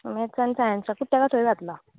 maths आनी सायन्साकूत तेका थंय घातला